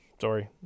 Sorry